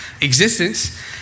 existence